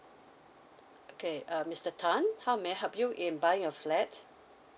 okay uh mister tan how may I help you in buying a flat